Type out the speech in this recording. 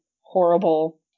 horrible